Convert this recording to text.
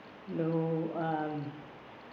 no um